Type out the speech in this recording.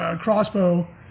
crossbow